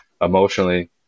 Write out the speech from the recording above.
emotionally